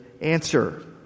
answer